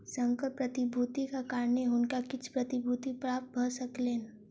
संकर प्रतिभूतिक कारणेँ हुनका किछ प्रतिभूति प्राप्त भ सकलैन